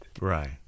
Right